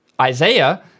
Isaiah—